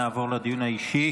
נעבור לדיון האישי.